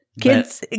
kids